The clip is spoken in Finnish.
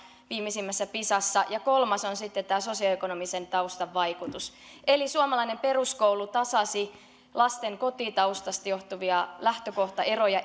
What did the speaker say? viimeisimmässä pisassa ja kolmas on sitten sosioekonomisen taustan vaikutus eli suomalainen peruskoulu tasasi lasten kotitaustasta johtuvia lähtökohtaeroja